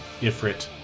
Ifrit